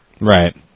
Right